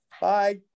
Bye